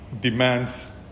demands